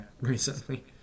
recently